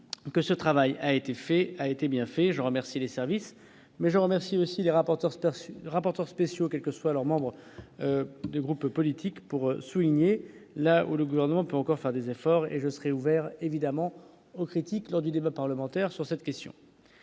que ce travail a été fait a été bien fait, je remercie les services mais je remercie aussi les rapporteurs, c'est assez rapporteurs spéciaux, quelles que soient leurs membres de groupes politiques pour souligner la où le gouvernement peut encore faire des efforts et je serai ouvert évidemment aux critiques lors du débat parlementaire sur cette question.